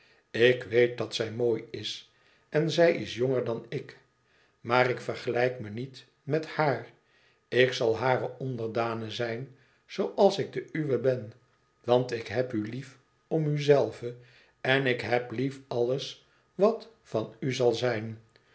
ik weet dat zij mooi is en zij is jonger dan ik maar ik vergelijk me niet met haar ik zal hare onderdane zijn zooals ik de uwe ben want ik heb u lief om uzelve en ik heb lief alles wat van u zal zijn